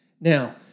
Now